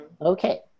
Okay